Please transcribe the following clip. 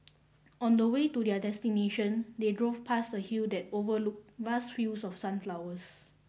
on the way to their destination they drove past a hill that overlooked vast fields of sunflowers